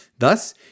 Thus